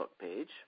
page